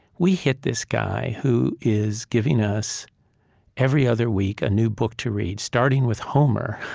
we hit this guy who is giving us every other week a new book to read, starting with homer,